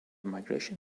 migration